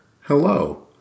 Hello